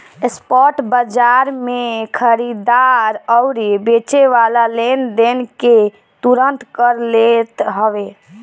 spot बाजार में खरीददार अउरी बेचेवाला लेनदेन के तुरंते कर लेत हवे